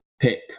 pick